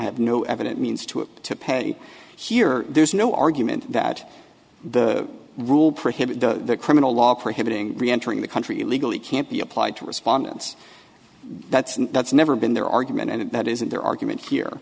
have no evident means to to pay here there's no argument that the rule prohibits the criminal law prohibiting entering the country illegally can't be applied to respondents that's and that's never been their argument and that isn't their argument here